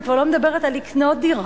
אני כבר לא מדברת על לקנות דירה,